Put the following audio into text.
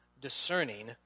discerning